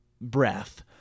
breath